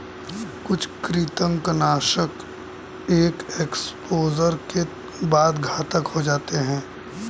कुछ कृंतकनाशक एक एक्सपोजर के बाद घातक हो जाते है